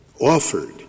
offered